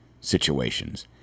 situations